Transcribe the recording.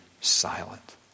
silent